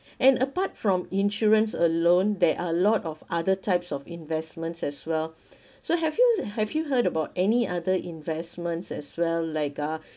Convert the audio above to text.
and apart from insurance alone there are a lot of other types of investments as well so have you have you heard about any other investments as well like uh